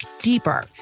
deeper